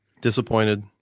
disappointed